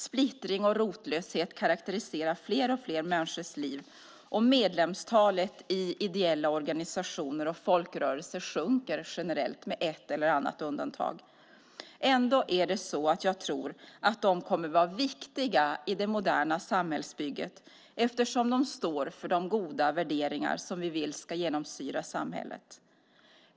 Splittring och rotlöshet karakteriserar fler och fler människors liv och medlemstalen i ideella organisationer och folkrörelser sjunker generellt, med ett eller annat undantag. Ändå tror jag att de kommer att vara viktiga i det moderna samhällsbygget eftersom de står för de goda värderingar som vi vill ska genomsyra samhället.